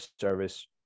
service